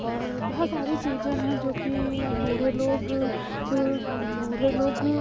और बहुत सारी चीज़ें हैं जोकि बूढ़े लोग बूढ़े लोग